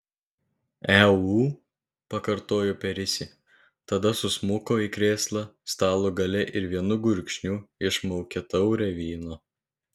eu pakartojo perisi tada susmuko į krėslą stalo gale ir vienu gurkšniu išmaukė taurę vyno